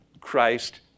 Christ